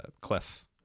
cliff